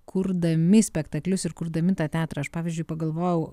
kurdami spektaklius ir kurdami tą teatrą aš pavyzdžiui pagalvojau